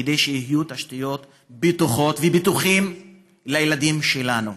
כדי שיהיו תשתיות בטוחות לילדים שלנו.